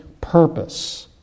purpose